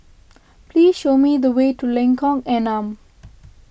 please show me the way to Lengkong Enam